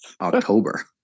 October